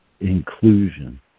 inclusion